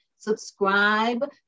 subscribe